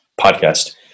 podcast